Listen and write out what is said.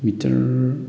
meter